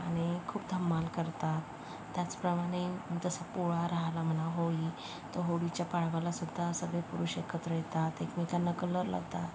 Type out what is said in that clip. आणि खूप धमाल करतात त्याचप्रमाणे जसं पोळा राहला म्हणा होळी तर होळीच्या टायमालासुद्धा सगळे पुरुष एकत्र येतात एकमेकांना कलर लावतात